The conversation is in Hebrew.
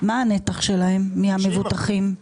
מה הנתח שלהם מהמבוטחים?